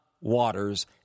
waters